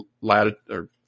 latitude